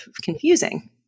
confusing